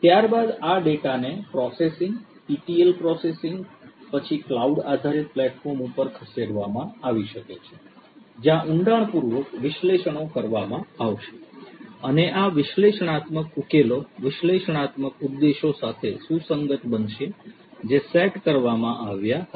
ત્યારબાદ આ ડેટાને પ્રોસેસિંગ ઈટીએલ પ્રોસેસિંગ પછી ક્લાઉડ આધારિત પ્લેટફોર્મ પર ખસેડવામાં આવી શકે છે જ્યાં ઉંડાણપૂર્વક વિશ્લેષણો કરવામાં આવશે અને આ વિશ્લેષણાત્મક ઉકેલો વિશ્લેષણાત્મક ઉદ્દેશો સાથે સુસંગત બનશે જે સેટ કરવામાં આવ્યા હતા